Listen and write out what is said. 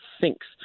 sinks